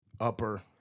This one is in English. upper